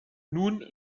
nun